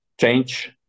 change